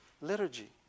liturgy